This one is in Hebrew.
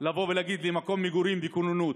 לבוא ולהגיד לי: מקום מגורים וכוננות.